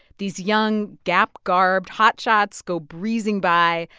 these young, gap-garbed hotshots go breezing by.